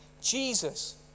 Jesus